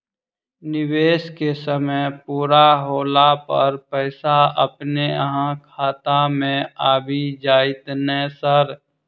निवेश केँ समय पूरा होला पर पैसा अपने अहाँ खाता मे आबि जाइत नै सर?